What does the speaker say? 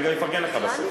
אני גם אפרגן לך בסוף.